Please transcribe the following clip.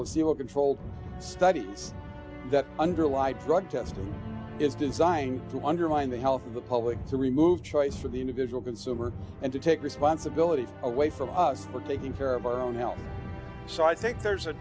placebo controlled studies that underlie drug testing is designed to undermine the health of the public to remove choice for the individual consumer and to take responsibility away from us for taking care of our own health so i think there's a